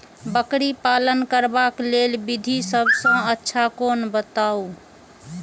बकरी पालन करबाक लेल विधि सबसँ अच्छा कोन बताउ?